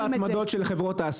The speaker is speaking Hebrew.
לא על סעיף ההצמדות של חברות ההסעה,